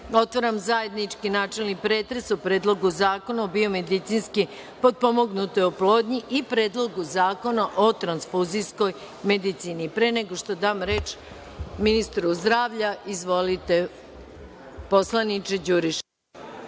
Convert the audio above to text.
otvaram zajednički načelni pretres o Predlogu zakona o biomedicinski potpomognutoj oplodnji i Predlogu zakona o transfuzijskoj medicini. Pre nego što dam reč ministru zdravlja, izvolite, poslaniče Đurišiću.